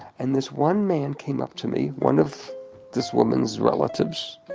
and this one man came up to me, one of this woman's relatives